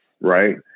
right